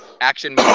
action